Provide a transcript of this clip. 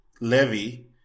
levy